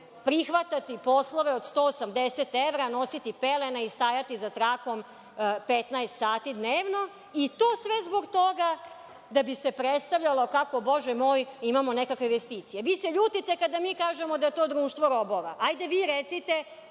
prihvatati poslove od 180 evra, nositi pelene i stajati za trakom 15 sati dnevno, i to sve zbog toga da bi se predstavilo kako imamo nekakve investicije. Vi se ljutite kada mi kažemo da je to društvo robova. Hajde, vi recite,